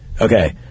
Okay